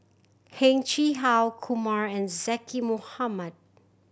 Heng Chee How Kumar and Zaqy Mohamad